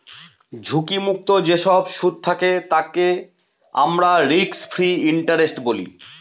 ঝুঁকি মুক্ত যেসব সুদ থাকে তাকে আমরা রিস্ক ফ্রি ইন্টারেস্ট বলি